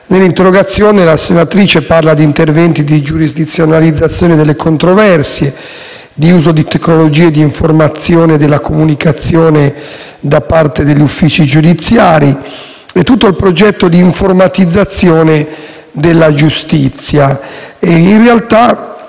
Nell'interrogazione in oggetto si parla di interventi di giurisdizionalizzazione delle controversie, di uso delle tecnologie dell'informazione e della comunicazione da parte degli uffici giudiziari e di tutto il progetto di informatizzazione della giustizia.